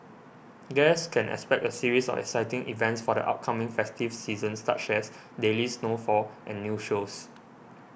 guests can expect a series of exciting events for the upcoming festive season such as daily snowfall and new shows